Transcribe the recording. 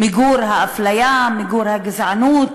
מיגור האפליה, מיגור הגזענות